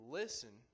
listen